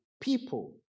people